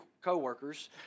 coworkers